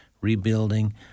rebuilding